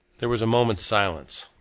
there was a moment's silence.